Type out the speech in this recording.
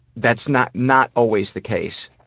that's not not always the case.